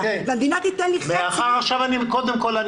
והמדינה תיתן לי חצי --- קודם כול,